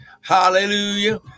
hallelujah